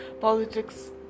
politics